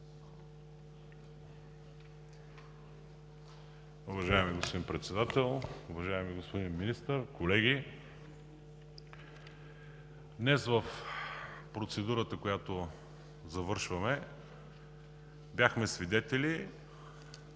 Днес в процедурата, която завършваме, бяхме свидетели